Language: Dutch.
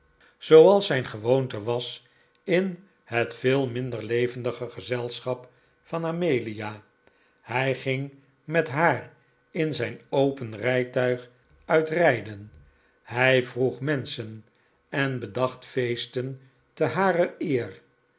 zooals zijn gewoonte was in het veel minder levendige gezelschap van amelia hij ging met haar in zijn open rijtuig u'it rijden hij vroeg menschen en bedacht feesten te harer eer